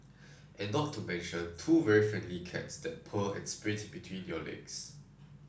and not to mention two very friendly cats that purr and sprint between your legs